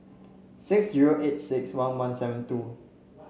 six zero eight six one one seven two